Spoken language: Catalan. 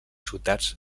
soldats